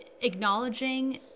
acknowledging